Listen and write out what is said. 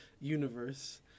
universe